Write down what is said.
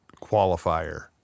qualifier